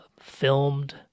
filmed